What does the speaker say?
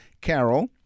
Carol